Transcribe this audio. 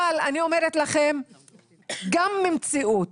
אבל אני אומרת לכם גם ממציאות.